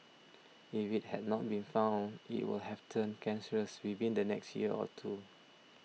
if it had not been found it would have turned cancerous within the next year or two